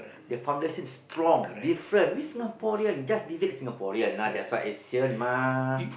their foundation is strong different we Singaporean just leave it as Singaporean lah that's why Asian mah